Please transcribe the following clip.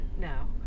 No